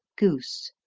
goose.